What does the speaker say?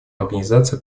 организации